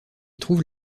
trouve